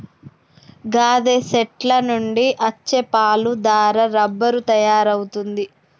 గాదె సెట్ల నుండి అచ్చే పాలు దారా రబ్బరు తయారవుతుంది